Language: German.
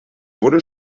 wurde